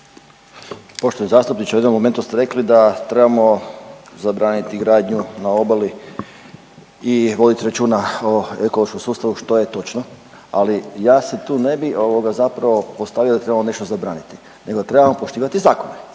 Poštovani zastupniče, u jednom momentu ste rekli da trebamo zabraniti gradnju na obali i voditi računa o ekološkom sustavu, što je točno, ali ja se tu ne bi ovoga zapravo postavio da trebamo nešto zabraniti nego trebamo poštivati zakone.